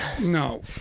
No